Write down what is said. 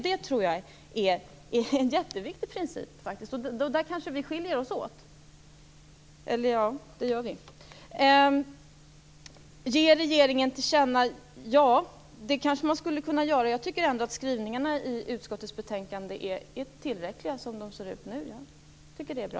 Det tror jag är en jätteviktig princip, och jag tror att vi kanske skiljer oss åt på den punkten. Ja, det gör vi. Kanske skulle man kunna ge regeringen till känna vad Peter Weibull Bernström sade, men jag tycker ändå att skrivningarna i utskottets betänkande är tillräckliga som de ser ut nu. Jag tycker att de är bra.